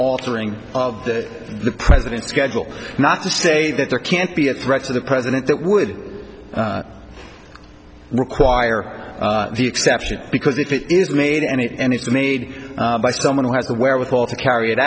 altering of that the president's schedule not to say that there can't be a threat to the president that would require the exception because if it is made and it's made by someone who has the wherewithal to carry it